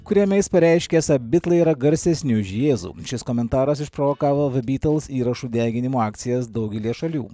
kuriame jis pareiškė esą bitlai yra garsesni už jėzų šis komentaras išprovokavo de bytls įrašų deginimo akcijas daugelyje šalių